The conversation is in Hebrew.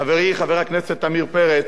חברי חבר הכנסת לשעבר עמיר פרץ,